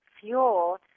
fuel